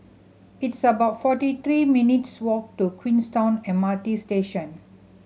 it's about forty three minutes' walk to Queenstown M R T Station